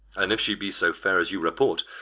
an if she be so fair as you report,